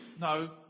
No